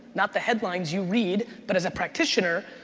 not the headlines you read, but as a practitioner,